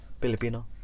Filipino